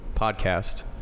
podcast